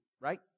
right